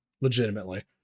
legitimately